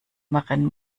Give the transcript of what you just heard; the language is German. machen